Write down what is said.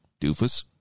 doofus